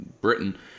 Britain